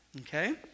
okay